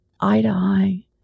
eye-to-eye